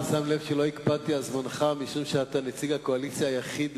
אתה שם לב שלא הקפדתי על זמנך משום שאתה נציג הקואליציה היחיד,